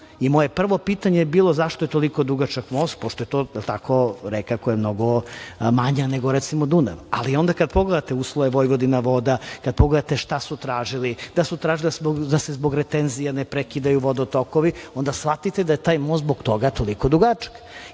Moje prvo pitanje je bilo, zašto je tako dugačak most, pošto je to reka koja je mnogo manja nego Dunav, ali onda kada pogledate uslove „Vojvodina voda“, kada pogledate šta su tražili, da su tražili da se zbog retenzije ne prekidaju vodotokovi, onda shvatite da je taj most zbog toga toliko dugačak.